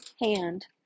hand